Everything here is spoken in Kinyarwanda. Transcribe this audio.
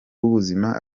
w’ubuzima